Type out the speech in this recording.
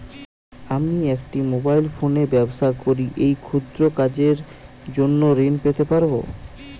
আমি একটি মোবাইল ফোনে ব্যবসা করি এই ক্ষুদ্র কাজের জন্য ঋণ পেতে পারব?